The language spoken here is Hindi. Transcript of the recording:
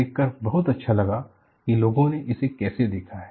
देखकर बहुत अच्छा लगा कि लोगों ने इसे कैसे देखा है